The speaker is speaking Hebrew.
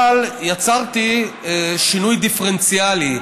אבל יצרתי שינוי דיפרנציאלי,